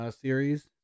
series